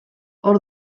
hor